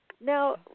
Now